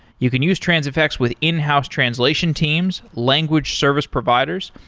you can use transifex with in-house translation teams, language service providers.